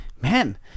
man